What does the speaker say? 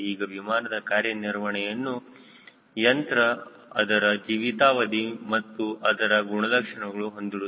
ಈಗ ವಿಮಾನದ ಕಾರ್ಯನಿರ್ವಹಣೆಯನ್ನು ಯಂತ್ರ ಅದರ ಜೀವಿತಾವಧಿ ಮತ್ತು ಅದರ ಗುಣಲಕ್ಷಣಗಳು ಹೊಂದಿರುತ್ತದೆ